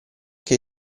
che